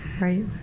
Right